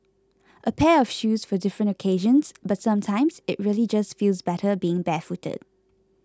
a pair of shoes for different occasions but sometimes it really just feels better being barefooted